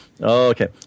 Okay